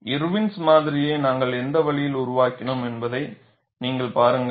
Irwin's மாதிரியை Irwin's model நாங்கள் எந்த வழியில் உருவாக்கினோம் என்பதை நீங்கள் பாருங்கள்